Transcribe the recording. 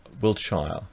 Wiltshire